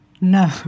No